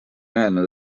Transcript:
öelnud